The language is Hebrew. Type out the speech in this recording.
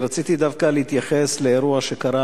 אני רציתי דווקא להתייחס לאירוע שקרה